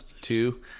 two